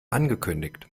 angekündigt